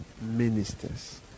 ministers